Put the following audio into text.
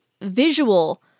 visual